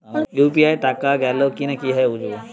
UPI টাকা গোল কিনা কিভাবে বুঝব?